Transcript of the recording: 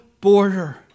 border